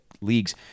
leagues